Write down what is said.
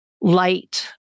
light